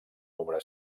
obra